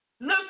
Look